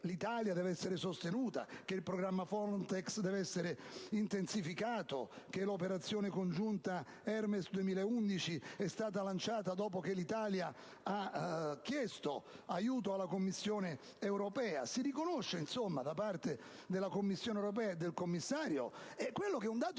l'Italia deve essere sostenuta, che il programma Frontex deve essere intensificato, che l'operazione congiunta Hermes 2011 è stata lanciata dopo che l'Italia ha chiesto aiuto alla Commissione europea. In altri termini, si riconosce da parte della Commissione europea e del commissario Malmström quello che è un dato